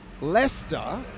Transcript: Leicester